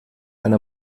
eine